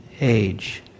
age